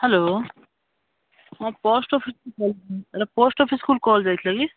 hello ହଁ post office ଏଇଟା post ଅଫିସ୍କୁ କଲ୍ ଯାଇଥିଲା କି